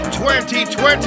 2020